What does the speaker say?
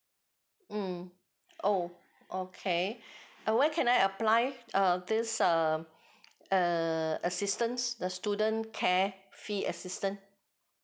mm oh okay err where can I apply err this err err assistance the student care fee assistance